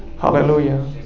Hallelujah